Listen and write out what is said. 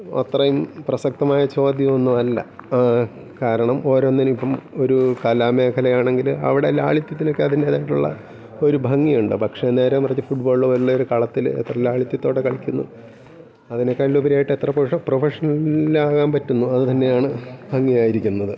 അത്രയും പ്രസക്തമായ ചോദ്യമൊന്നും അല്ല കാരണം ഓരോന്നിനിപ്പം ഒരു കലാമേഖല ആണെങ്കിൽ അവിടെ ലാളിത്യത്തിനൊക്കെ അതിൻ്റേതായിട്ടുള്ള ഒരു ഭംഗിയുണ്ട് പക്ഷേ നേരെ മറിച്ച് ഫുട്ബോള് പോലെ ഒരു കളത്തിൽ എത്ര ലാളിത്ത്യത്തോടെ കളിക്കുന്നു അതിനേക്കാട്ടിൽ ഉപരിയായിട്ട് എത്ര പ്രഫഷണൽ ആകാൻ പറ്റുന്നു അത് തന്നെ ആണ് ഭംഗിയായിരിക്കുന്നത്